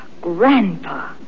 Grandpa